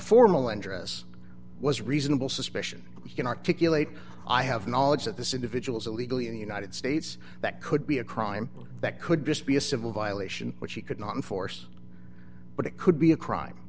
formal andrus was reasonable suspicion he can articulate i have knowledge that this individual's illegally in the united states that could be a crime that could just be a civil violation which he could not enforce but it could be a crime